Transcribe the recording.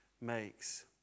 makes